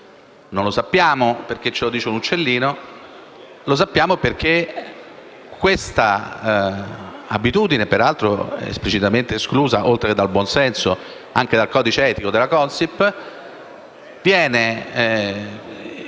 E lo sappiamo non perché ce lo ha detto un uccellino, ma perché siffatta abitudine - peraltro esplicitamente esclusa, oltre che dal buonsenso, anche dal codice etico della Consip - viene